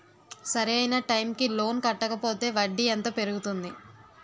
సరి అయినా టైం కి లోన్ కట్టకపోతే వడ్డీ ఎంత పెరుగుతుంది?